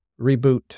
reboot